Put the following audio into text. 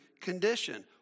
condition